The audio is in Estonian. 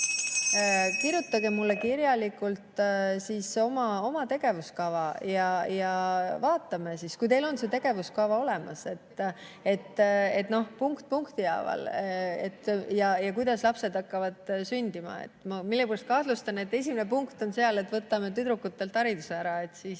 Kirjutage mulle kirjalikult oma tegevuskava ja vaatame siis, kui teil on see tegevuskava olemas, punkt punkti haaval, kuidas lapsed hakkavad sündima. Ma millegipärast kahtlustan, et esimene punkt on seal, et võtame tüdrukutelt hariduse ära,